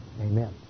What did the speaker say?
Amen